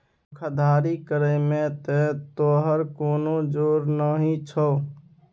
धोखाधड़ी करय मे त तोहर कोनो जोर नहि छौ